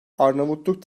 arnavutluk